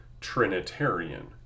Trinitarian